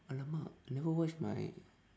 !alamak! I never wash my